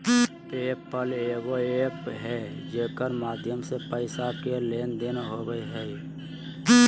पे पल एगो एप्प है जेकर माध्यम से पैसा के लेन देन होवो हय